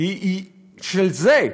של זה,